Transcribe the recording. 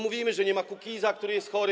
Mówimy, że nie ma Kukiza, który jest chory.